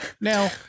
now